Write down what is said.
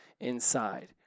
inside